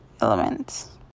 elements